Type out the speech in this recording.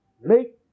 make